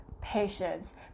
patience